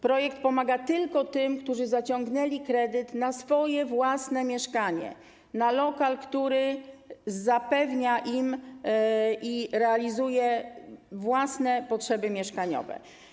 Projekt pomaga tylko tym, którzy zaciągnęli kredyt na swoje własne mieszkanie, na lokal, który zapewnia im realizację własnych potrzeb mieszkaniowych.